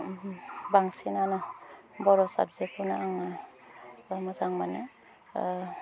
बांसिनानो बर' साबजेक्टखोनो आङो मोजां मोनो